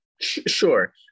Sure